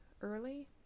early